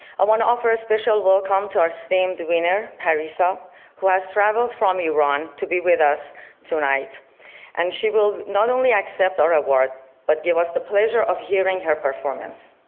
i want to offer a special welcome to our esteemed winner parissa who has traveled from iran to be with us tonight and she will not only accept our award but give us the pleasure of hearing her performance.